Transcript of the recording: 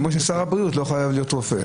כמו ששר הבריאות לא חייב להיות רופא,